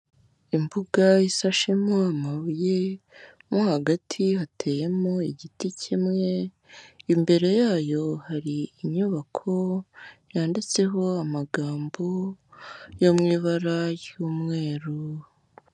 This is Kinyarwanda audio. Imbuga isashemo amabuye mo hagati hateyemo igiti kimwe, imbere yayo hari inyubako yanditseho amagambo yo mu ibara ry'umweru.